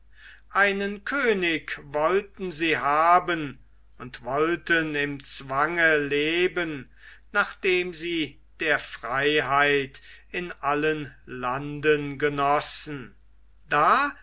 einen könig wollten sie haben und wollten im zwange leben nachdem sie der freiheit in allen landen genossen da